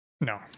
No